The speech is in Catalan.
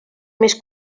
més